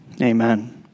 Amen